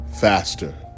faster